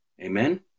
Amen